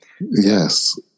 Yes